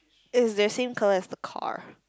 is the same colour as the car